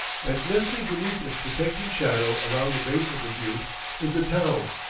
and nestling beneath its protecting shadow around the base of the butte is the town,